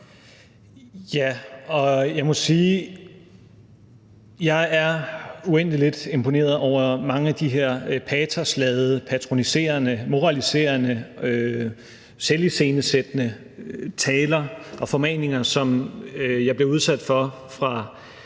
jeg er uendelig lidt imponeret over mange af de her patosladede, patroniserende, moraliserende, selviscenesættende taler og formaninger, som jeg bliver udsat for fra